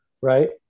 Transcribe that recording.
Right